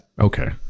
Okay